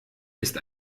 ist